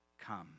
come